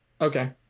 Okay